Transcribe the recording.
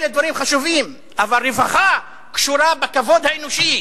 אלה דברים חשובים, אבל רווחה קשורה בכבוד האנושי,